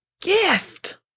gift